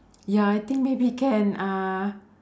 ya I think maybe can uh